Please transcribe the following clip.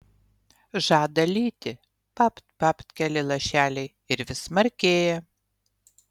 žada lyti papt papt keli lašeliai ir vis smarkėja